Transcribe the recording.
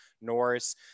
Norris